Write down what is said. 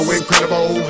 incredible